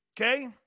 Okay